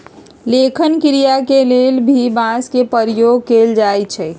लेखन क्रिया के लेल भी बांस के प्रयोग कैल जाई छई